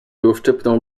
uszczypnął